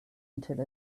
until